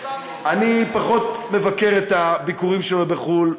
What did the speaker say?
אני פחות מבקר את הביקורים שלו בחו"ל.